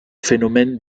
phénomène